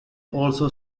also